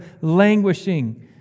languishing